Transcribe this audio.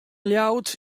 ljouwert